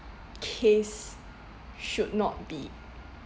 case should not be